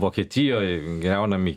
vokietijoj griaunami